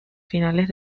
finales